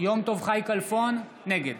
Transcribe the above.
נגד